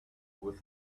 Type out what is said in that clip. with